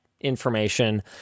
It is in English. information